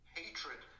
hatred